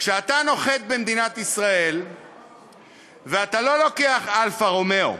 כשאתה נוחת במדינת ישראל ואתה לא לוקח "אלפא רומיאו",